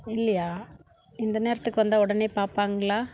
இல்லையா இந்த நேரத்துக்கு வந்தா உடனே பார்ப்பாங்களா